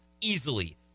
easily